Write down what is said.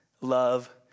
love